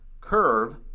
curve